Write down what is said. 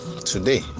today